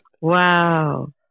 Wow